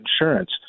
insurance